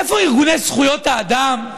איפה ארגוני זכויות האדם?